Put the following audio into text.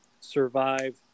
survive